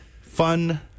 fun